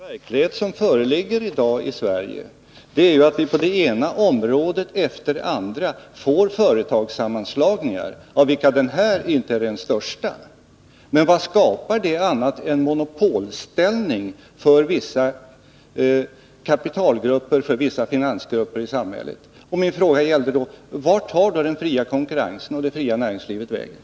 Herr talman! Den verklighet som föreligger i dag i Sverige är att det på det ena området efter det andra sker företagssammanslagningar, av vilka denna inte är den största. Men vad skapar denna utveckling annat än monopolställning för vissa kapitalgrupper och vissa finansgrupper i samhället? Min fråga mot den bakgrunden var: Vart tar då den fria konkurrensen och det fria näringslivet vägen?